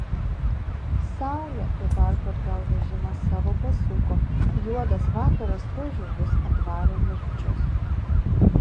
saulė tuo tarpu atgal vežimą savo pasuko juodas vakaras tuoj žirgus atvarė nirčius